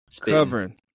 Covering